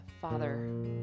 Father